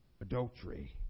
adultery